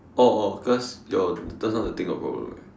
oh oh cause your just now the thing got problem right